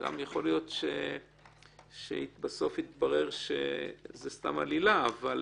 יכול להיות שבסוף יתברר שזו עלילה, אבל